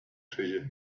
treasure